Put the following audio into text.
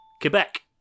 Quebec